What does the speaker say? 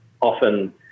often